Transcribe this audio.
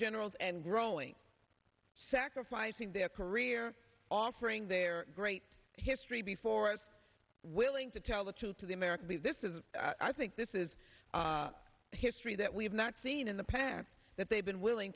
generals and growling sacrificing their career offering their great history before us willing to tell the truth to the american the this is i think this is history that we have not seen in the past that they have been willing